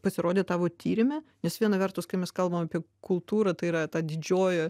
pasirodė tavo tyrime nes viena vertus kai mes kalbam apie kultūrą tai yra ta didžioji